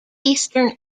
eastern